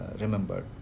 remembered